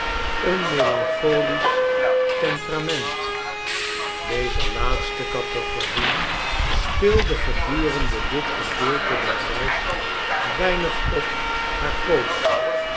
van unmelancholisch temperament deze laatste categorie speelde gedurende dit gedeelte der reis weinig op haar poot